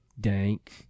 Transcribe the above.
dank